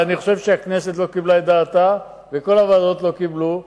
ואני חושב שהכנסת לא קיבלה את דעתה וכל הוועדות לא קיבלו.